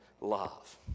love